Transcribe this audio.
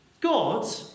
God